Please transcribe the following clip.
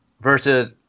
Versus